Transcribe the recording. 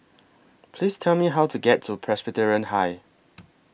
Please Tell Me How to get to Presbyterian High